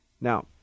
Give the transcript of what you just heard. Now